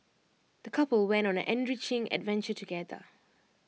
the couple went on an enriching adventure together